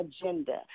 agenda